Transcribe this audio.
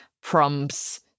prompts